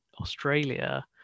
Australia